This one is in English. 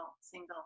single